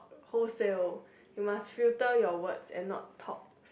wholesale you must filter your words and not talk